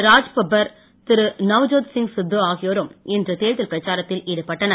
ராஜ்பப்பர் திரு நவ்ஜோத்சிங் சித்து ஆகியோரும் இன்று தேர்தல் பிரச்சாரத்தில் ஈடுபட்டனர்